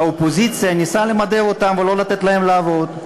שהאופוזיציה ניסתה למדר אותם ולא לתת להם לעבוד,